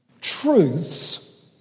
truths